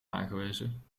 aangewezen